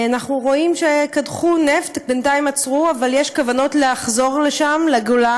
מלאות, אבל היא לא מוכנה להגיד את זה בגלוי.